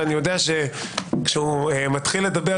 ואני יודע שכשהוא מתחיל לדבר,